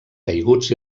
caiguts